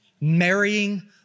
Marrying